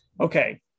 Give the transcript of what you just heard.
okay